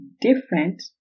different